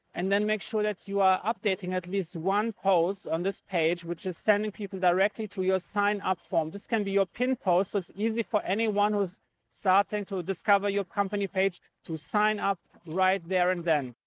and then make sure that you are updating at least one post on this page, which is sending people directly to your sign up form. this can be your pinned post, so it's easy for anyone who's starting to discover your company page to sign up right there, and then.